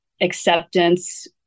acceptance